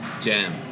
jam